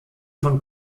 von